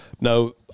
no